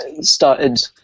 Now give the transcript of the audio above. started